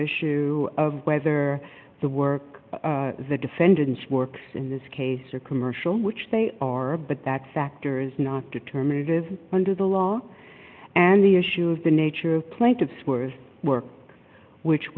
issue of whether the work of the defendants works in this case or commercial in which they are but that factors not determinative under the law and the issue of the nature of plaintiff's worst work which